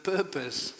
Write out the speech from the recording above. Purpose